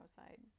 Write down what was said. outside